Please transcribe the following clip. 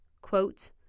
Quote